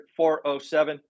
407